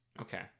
Okay